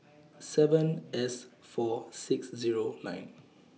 seven S four six Zero nine